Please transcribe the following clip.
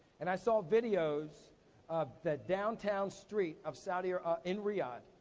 and i saw videos of the downtown street of saudi ah ah in riyadh,